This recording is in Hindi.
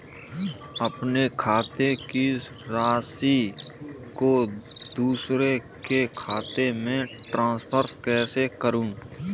अपने खाते की राशि को दूसरे के खाते में ट्रांसफर कैसे करूँ?